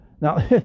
Now